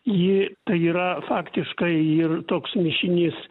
ji tai yra faktiškai ir toks mišinys